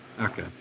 Okay